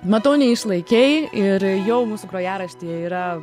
matau neišlaikei ir jau mūsų grojaraštyje yra